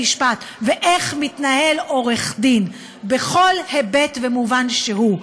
איך מגיעים לבית-המשפט ואיך מתנהל עורך דין בכל היבט ומובן שהוא.